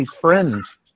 friends